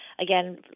again